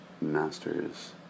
masters